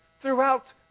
Throughout